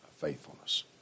faithfulness